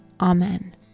Amen